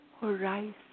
horizon